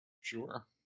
Sure